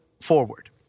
forward